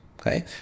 okay